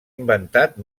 inventat